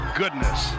goodness